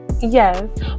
Yes